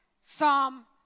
Psalm